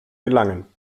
gelangen